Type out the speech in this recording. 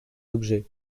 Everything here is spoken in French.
objets